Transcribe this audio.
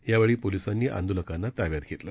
यावेळी पोलिसांनी आंदोलकांना ताब्यात घेतलं